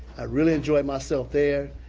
i really enjoyed myself there,